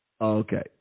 okay